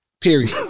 period